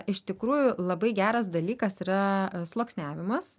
iš tikrųjų labai geras dalykas yra sluoksniavimas